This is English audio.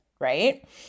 right